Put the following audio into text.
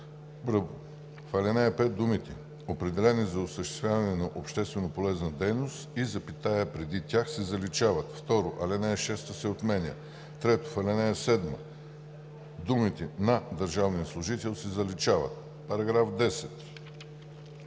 В ал. 5 думите „определени за осъществяване на общественополезна дейност“ и запетаята преди тях се заличават. 2. Алинея 6 се отменя. 3. В ал. 7 думите „на държавния служител“ се заличават.“